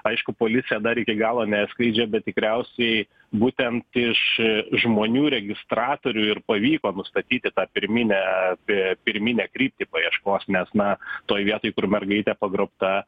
aišku policija dar iki galo neatskleidžia bet tikriausiai būtent iš žmonių registratorių ir pavyko nustatyti tą pirminę apie pirminę kryptį paieškos nes na toj vietoj kur mergaitė pagrobta